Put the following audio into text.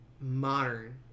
modern